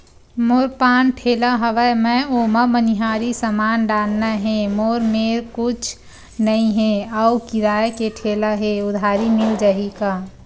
मोर पान ठेला हवय मैं ओमा मनिहारी समान डालना हे मोर मेर कुछ नई हे आऊ किराए के ठेला हे उधारी मिल जहीं का?